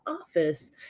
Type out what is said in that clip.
office